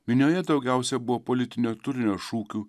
minioje daugiausia buvo politinio turinio šūkių